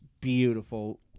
beautiful